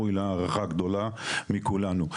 אדוני, אתה ראוי להערכה גדולה מכולנו.